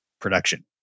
production